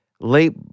late